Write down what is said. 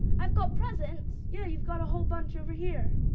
i've got presents? yeah, you've got a whole bunch over here.